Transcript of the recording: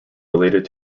related